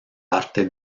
arte